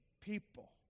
people